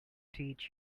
teach